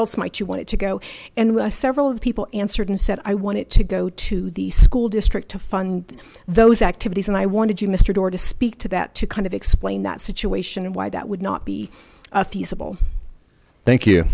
else might you want it to go and several of the people answered and said i wanted to go to the school district to fund those activities and i wanted you mr doar to speak to that to kind of explain that situation and why that would not be feasible thank you